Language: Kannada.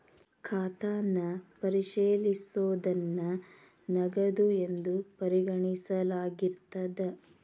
ಖಾತನ್ನ ಪರಿಶೇಲಿಸೋದನ್ನ ನಗದು ಎಂದು ಪರಿಗಣಿಸಲಾಗಿರ್ತದ